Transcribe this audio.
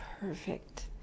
perfect